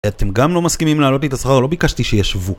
אתם גם לא מסכימים להעלות לי את השכר, לא ביקשתי שישוו